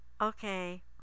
okay